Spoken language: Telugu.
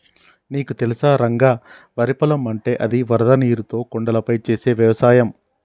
నీకు తెలుసా రంగ వరి పొలం అంటే అది వరద నీరుతో కొండలపై చేసే వ్యవసాయం